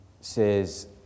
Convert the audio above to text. says